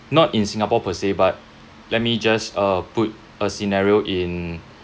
not in singapore per se but let me just uh put a scenario in